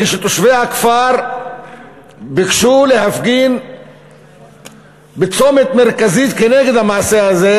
כשתושבי הכפר ביקשו להפגין בצומת מרכזי כנגד המעשה הזה,